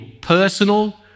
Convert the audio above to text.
personal